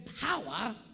power